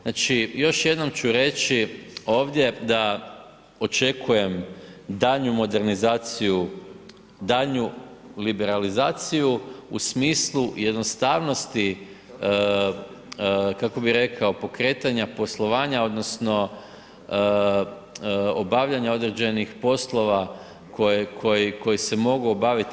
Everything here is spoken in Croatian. Znači, još jednom ću reći ovdje da očekujem daljnju modernizaciju, daljnju liberalizaciju u smislu jednostavnosti kako bi rekao pokretanja poslovanja odnosno obavljanja određenih poslova koji se mogu obaviti.